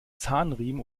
zahnriemen